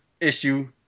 issue